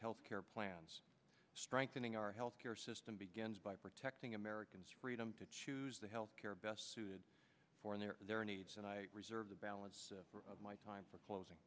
health care plans strengthening our health care system begins by protecting americans freedom to choose the health care best for their their needs and i reserve the balance of my time for closing